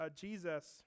Jesus